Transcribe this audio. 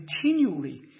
continually